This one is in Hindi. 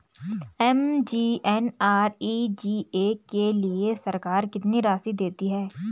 एम.जी.एन.आर.ई.जी.ए के लिए सरकार कितनी राशि देती है?